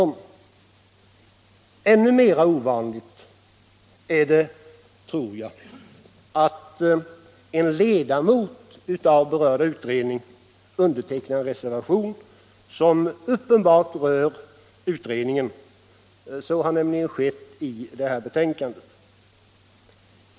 Och ännu mera ovanligt tror jag det är att en ledamot av berörda utredning undertecknar en reservation som uppenbart rör utredningen. Men så har skett i detta betänkande.